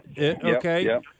Okay